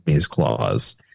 clause